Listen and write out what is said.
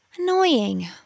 Annoying